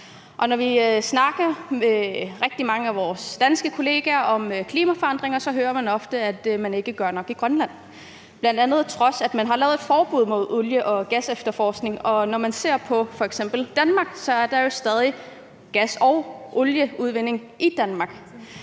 Når vi snakker med rigtig mange af vores danske kollegaer om klimaforandringer, hører vi ofte, at man ikke gør nok i Grønland – bl.a. på trods af at man har lavet et forbud mod olie- og gasefterforskning. Når man ser på f.eks. Danmark, er der jo stadig gas- og olieudvinding i Danmark.